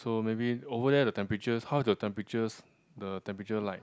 so maybe over there the temperatures how your temperatures the temperature like